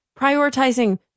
prioritizing